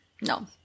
No